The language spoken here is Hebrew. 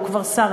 הוא כבר שר.